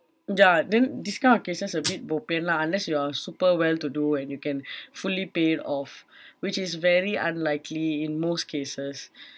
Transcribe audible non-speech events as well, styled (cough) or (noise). ya then these kind of cases a bit bo bian lah unless you are super well to do and you can (breath) fully pay it off which is very unlikely in most cases